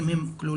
אם היו כלולים,